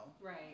Right